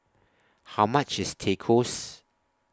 How much IS Tacos